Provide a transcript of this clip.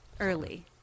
early